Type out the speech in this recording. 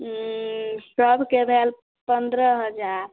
ओ सबके भेल पन्द्रह हजार